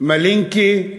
מלינקי,